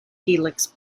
helix